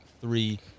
three